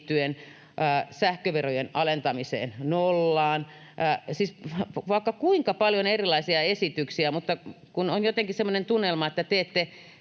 liittyen, sähköverojen alentamiseen nollaan, siis vaikka kuinka paljon erilaisia esityksiä, mutta on jotenkin semmoinen tunnelma, että te ette